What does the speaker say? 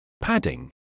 Padding